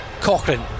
Cochrane